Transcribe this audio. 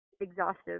exhaustive